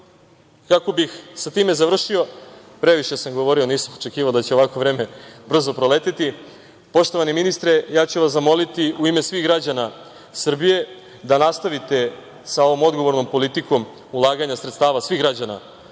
bih sa tim završio, previše sam govorio, nisam očekivao da će ovako vreme brzo proleteti, poštovani ministre, ja ću vas zamoliti u ime svih građana Srbije da nastavite sa ovom odgovornom politikom ulaganja sredstava svih građana Srbije,